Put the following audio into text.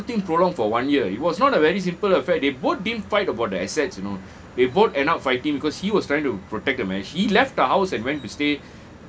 and the whole thing prolonged for one year it was not a very simple affair they both didn't fight about the assets you know they both end up fighting because he was trying to protect the marriage he left the house and went to stay